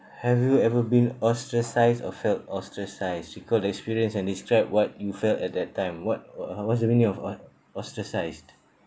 have you ever been ostracised or felt ostracised recall the experience and describe what you felt at that time what uh what's the meaning of o~ ostracised